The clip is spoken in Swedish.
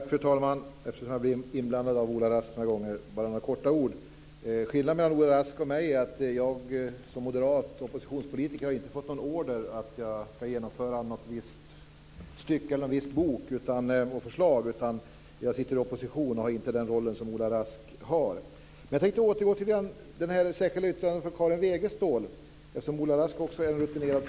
Fru talman! Eftersom Ola Rask blandade in mig några gånger vill jag bara säga något kort. Skillnaden mellan Ola Rask och mig är att jag som moderat oppositionspolitiker inte har fått någon order att genomföra något visst stycke, någon viss bok eller något förslag. Jag har alltså inte den roll som Ola Rask har. Jag vill återgå till det särskilda yttrandet från Karin Wegestål om detta med underlaget.